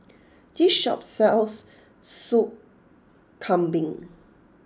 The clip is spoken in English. this shop sells Sup Kambing